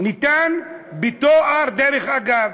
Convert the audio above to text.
ניתן בתואר דרך אגב.